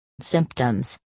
Symptoms